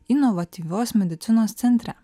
inovatyvios medicinos centre